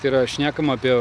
tai yra šnekama apie